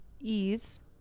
ease